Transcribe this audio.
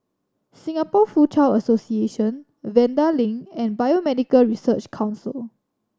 Singapore Foochow Association Vanda Link and Biomedical Research Council